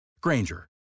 Granger